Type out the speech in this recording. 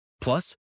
Plus